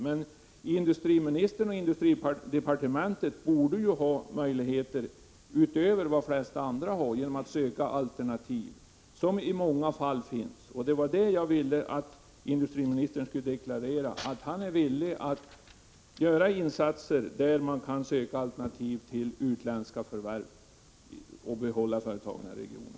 Men industriministern och industridepartementet borde ha möjligheter utöver vad de flesta andra har att söka alternativ, som i många fall finns. Jag ville att industriministern skulle deklarera att han är villig att göra insatser, som innebär att man söker alternativ till utländska förvärv för att i regionen behålla ägandet av företagen.